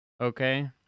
Okay